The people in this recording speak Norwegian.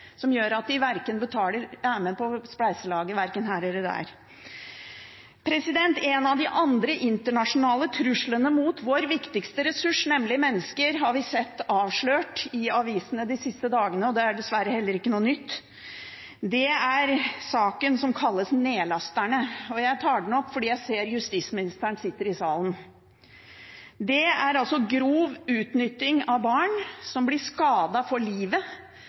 som gjør at de ikke er med på spleiselaget verken her eller der. En av de andre internasjonale truslene mot vår viktigste ressurs, nemlig mennesker, har vi sett avslørt i avisene de siste dagene, og det er dessverre heller ikke noe nytt. Det er saken om dem som kalles nedlasterne. Jeg tar den opp fordi jeg ser justisministeren sitter i salen. Det er grov utnytting av barn, som blir skadet for livet